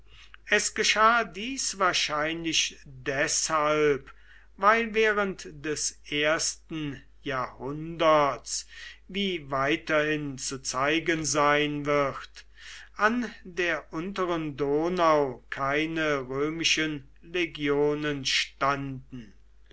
es geschah dies wahrscheinlich deshalb weil während des ersten jahrhunderts wie weiterhin zu zeigen sein wird an der unteren donau keine römischen legionen standen